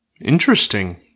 Interesting